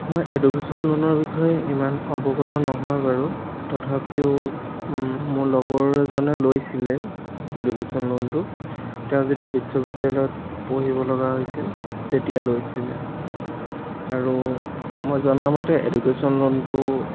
মই এডুকেশ্বন লোনৰ বিষয়ে ইমান অৱগত নহয় বাৰু তথাপিও মোৰ লগৰ এজনে লৈছিলে এডুকেশ্বন লোনটো তেওঁ যেতিয়া বিশ্ববিদ্য়ালয়ত পঢ়িব লগা হৈছিল তেতিয়া লৈছিলে আৰু মই জনা মতে এডুকেশ্বন লোনটো